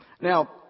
Now